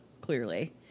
clearly